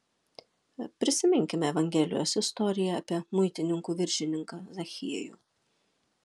prisiminkime evangelijos istoriją apie muitininkų viršininką zachiejų